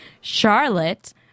Charlotte